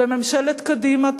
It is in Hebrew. בממשלת קדימה,